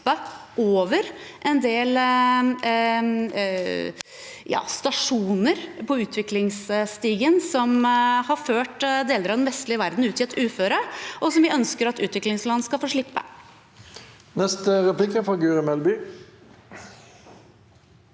over en del trinn på utviklingsstigen som har ført deler av den vestlige verden ut i et uføre, og som vi ønsker at utviklingsland skal få slippe.